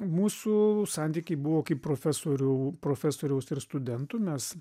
mūsų santykiai buvo kaip profesorių profesoriaus ir studentų mes